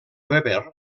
weber